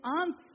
answer